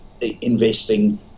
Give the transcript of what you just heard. investing